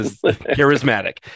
charismatic